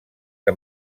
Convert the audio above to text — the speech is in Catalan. que